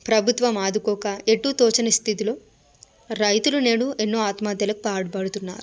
ప్రభుత్వం ఆదుకోక ఎటూ తోచని స్థితిలో రైతులు నేడు ఎన్నో ఆత్మహత్యలకు పాల్పడుతున్నారు